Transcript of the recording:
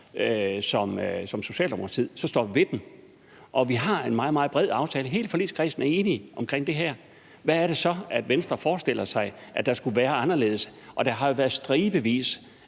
som Socialdemokrati, at så står vi ved den, og vi har en meget, meget bred aftale. Hele forligskredsen er enige om det her. Hvad er det så, Venstre forestiller sig skulle være således? Der har jo været stribevis